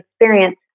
experience